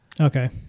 Okay